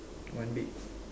one big